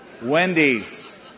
Wendy's